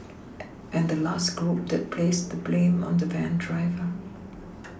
and the last group that placed the blame on the van driver